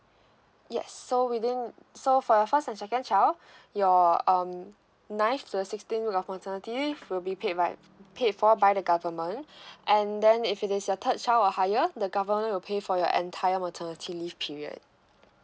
yes so within so for your first and second child your um ninth to the sixteen of maternity leave will be paid by paid for by the government and then if it is your third child or higher the government will pay for your entire maternity leave period